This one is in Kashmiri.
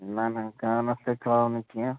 نہ نہ گانَس تہَِ ژاو نہ کینٛہہ